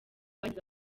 bagize